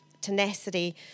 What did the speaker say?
tenacity